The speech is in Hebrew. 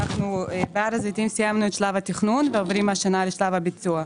בהר הזיתים סיימנו את שלב התכנון ועוברים השנה לשלב הביצוע.